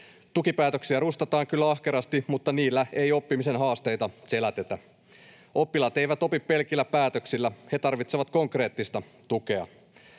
Tukipäätöksiä rustataan kyllä ahkerasti, mutta niillä ei oppimisen haasteita selätetä. Oppilaat eivät opi pelkillä päätöksillä. He tarvitsevat konkreettista tukea.